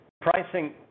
pricing